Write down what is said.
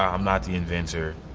i'm not the inventor.